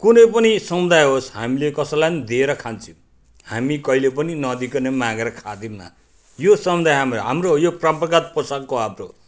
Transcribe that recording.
कुनै पनि समुदाय होस् हामीले कसैलाई पनि दिएर खान्छौँ हामी कहिले पनि नदिइकन मागेर खाँदैनौँ यो समुदाय हाम्रो हाम्रो यो परम्परागत पोसाक हो हाम्रो